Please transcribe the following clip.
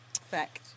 Fact